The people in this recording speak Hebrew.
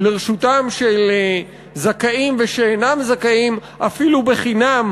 לרשותם של זכאים ושאינם זכאים אפילו חינם,